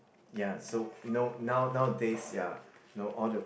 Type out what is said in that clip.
ya so you know now nowadays ya you know all the